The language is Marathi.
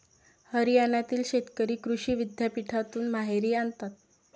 हरियाणातील शेतकरी कृषी विद्यापीठातून मोहरी आणतात